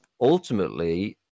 ultimately